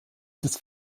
des